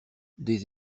des